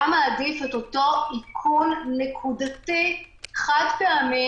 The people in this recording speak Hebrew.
היה מעדיף את אותו איכון נקודתי חד-פעמי